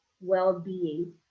well-being